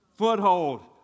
foothold